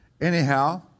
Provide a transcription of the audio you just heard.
Anyhow